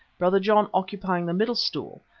brother john occupying the middle stool.